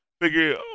figure